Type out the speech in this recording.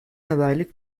adaylık